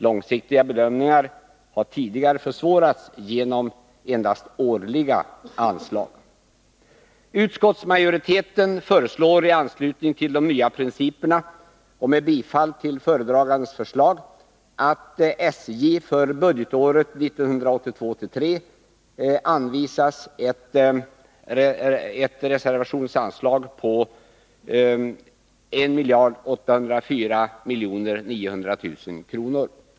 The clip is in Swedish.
Långsiktiga bedömningar har tidigare försvårats genom endast årliga anslag. reservationsanslag på 1 804 900 000 kr.